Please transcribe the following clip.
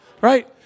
right